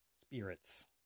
spirits